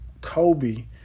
Kobe